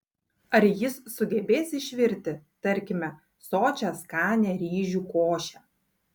ar jis sugebės išvirti tarkime sočią skanią ryžių košę